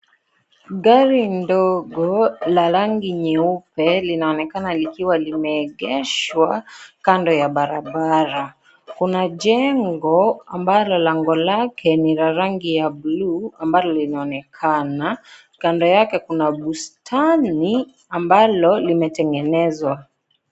Gari ndogo la rangi nyeupe linaonekana likiwa limeegeshwa kando ya barabara, kuna jengo ambalo lango lake ni la rangi ya bluu ambalo linaonekana, kando yake kuna bustani ambalo limetengenezwa.